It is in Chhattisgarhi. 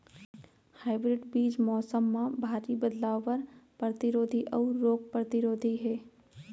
हाइब्रिड बीज मौसम मा भारी बदलाव बर परतिरोधी अऊ रोग परतिरोधी हे